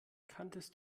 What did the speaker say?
kanntest